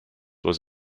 was